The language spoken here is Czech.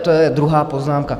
To je druhá poznámka.